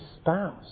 spouse